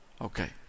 Okay